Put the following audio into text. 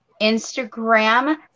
Instagram